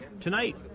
Tonight